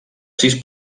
sis